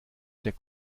der